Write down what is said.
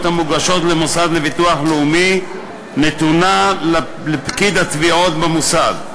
המוגשות למוסד לביטוח לאומי נתונה לפקיד התביעות במוסד.